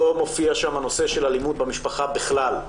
לא מופיע שם הנושא של אלימות במשפחה בכלל.